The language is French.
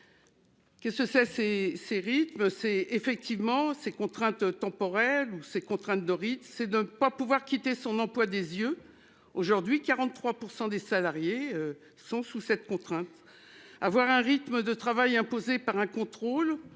Qu'est-ce que c'est c'est c'est rythmes c'est effectivement ces contraintes temporelles où ces contraintes de rite c'est de ne pas pouvoir quitter son emploi des yeux. Aujourd'hui 43% des salariés sont sous cette contrainte. Avoir un rythme de travail imposé par un contrôle